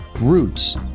roots